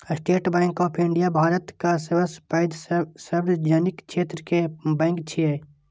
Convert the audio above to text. state Bank of India भारतक सबसं पैघ सार्वजनिक क्षेत्र के बैंक छियै